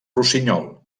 rossinyol